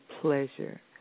pleasure